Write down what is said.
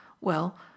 Well